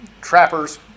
trappers